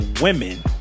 women